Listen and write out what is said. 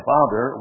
Father